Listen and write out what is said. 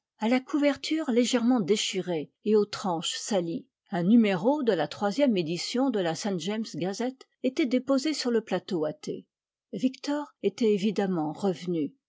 à la couverture légèrement déchirée et aux tranches salies un numéro de la troisième édition de la saint-james gazette était déposé sur le plateau à thé victor était évidemment revenu